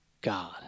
God